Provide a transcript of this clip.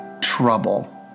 trouble